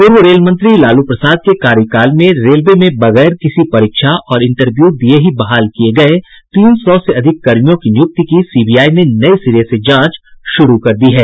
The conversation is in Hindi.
पूर्व रेल मंत्री लालू प्रसाद के कार्यकाल में रेलवे में बगैर किसी परीक्षा और इंटरव्यू दिये ही बहाल किये गये तीन सौ से अधिक कर्मियों की नियुक्ति की सीबीआई ने नये सिरे से जांच शुरू कर दी है